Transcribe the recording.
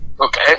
Okay